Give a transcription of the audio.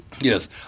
Yes